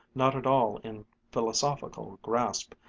not at all in philosophical grasp,